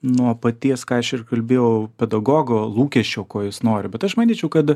nuo paties ką aš ir kalbėjau pedagogo lūkesčio ko jis nori bet aš manyčiau kad